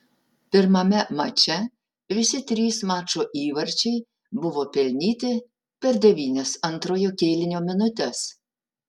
pirmame mače visi trys mačo įvarčiai buvo pelnyti per devynias antrojo kėlinio minutes